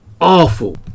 awful